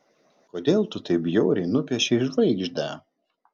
kodėl tu taip bjauriai nupiešei žvaigždę